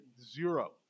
zero